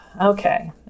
Okay